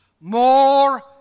more